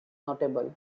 notable